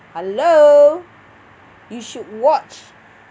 hello you should watch